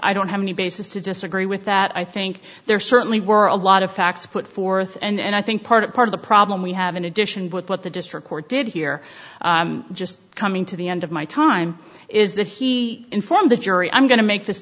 i don't have any basis to disagree with that i think there certainly were a lot of facts put forth and i think part of part of the problem we have in addition with what the district court did here just coming to the end of my time is that he informed the jury i'm going to make this